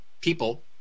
people